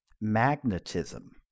magnetism